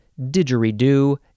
didgeridoo